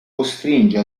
costringe